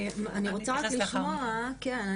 אני אתייחס לאחר מכן.